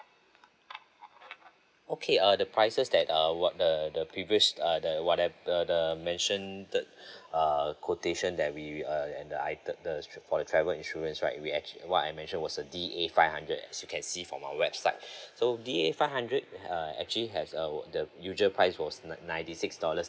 okay uh the prices that uh what the the previous uh the what I the the I mentioned the err quotation that we err the item the trip for the travel insurance right we actually what I mention was the D A five hundred as you can see from our website so D A five hundred uh actually has a the usual price was n~ ninety six dollars